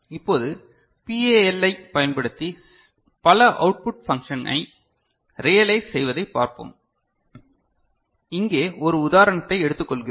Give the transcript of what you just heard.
இப்போது பிஏஎல் ஐப் பயன்படுத்தி பல அவுட்புட் பன்க்ஷனை ரியலைஸ் செய்வதை பார்ப்போம் இங்கே ஒரு உதாரணத்தை எடுத்துக்கொள்கிறோம்